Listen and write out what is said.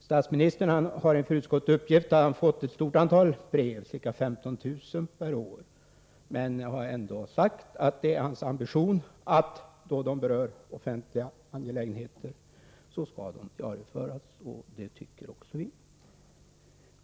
Statsministern har inför utskottet uppgett att han får ett stort antal brev, ca 15 000 per år, men har ändå sagt att det är hans ambition att breven, då de berör offentliga angelägenheter, skall diarieföras. Det tycker också vi.